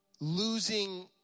losing